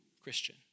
Christian